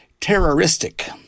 terroristic